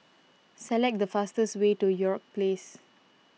select the fastest way to York Place